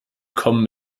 kommen